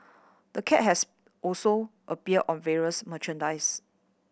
the cat has also appeared on various merchandise